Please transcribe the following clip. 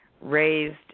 raised